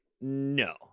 No